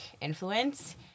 influence